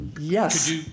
Yes